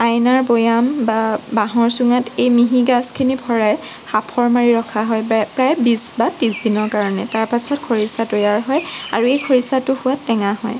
আইনাৰ বৈয়াম বা বাঁহৰ চুঙাত এই মিহি গাজখিনি ভৰাই সাঁফৰ মাৰি ৰখা হয় প্ৰায় বিছ বা ত্ৰিছ দিনৰ কাৰণে তাৰপাছত খৰিচা তৈয়াৰ হয় আৰু এই খৰিচাটোৰ সোৱাদ টেঙা হয়